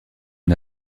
une